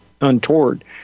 untoward